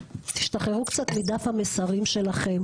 תשתחררו קצת מדף המסרים שלכם,